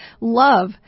Love